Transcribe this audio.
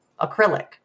acrylic